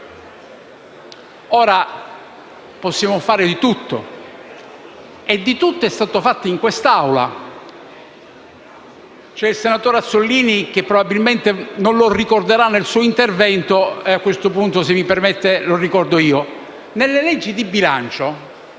Ora, possiamo fare di tutto e di tutto è stato fatto in quest'Aula. Il senatore Azzollini probabilmente non lo ricorderà nel suo intervento e a questo punto, se mi permette, lo ricordo io. Nelle leggi di bilancio